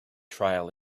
trail